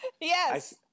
Yes